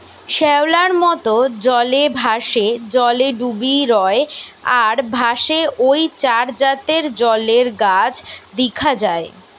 শ্যাওলার মত, জলে ভাসে, জলে ডুবি রয় আর ভাসে ঔ চার জাতের জলের গাছ দিখা যায়